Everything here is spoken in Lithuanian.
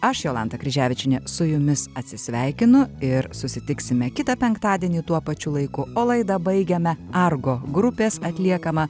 aš jolanta kryževičienė su jumis atsisveikinu ir susitiksime kitą penktadienį tuo pačiu laiku o laidą baigiame argo grupės atliekama